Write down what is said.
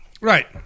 Right